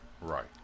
right